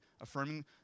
affirming